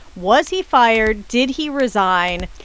was he fired? did he resign?